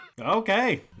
okay